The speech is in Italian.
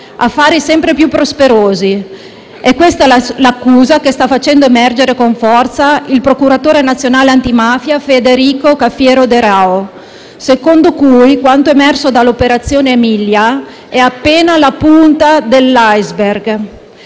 peraltro sempre più prosperosi. È questa l'accusa che sta facendo emergere con forza il procuratore nazionale antimafia Federico Cafiero De Raho, secondo cui quanto emerso dall'operazione Aemilia è appena la punta dell'*iceberg.*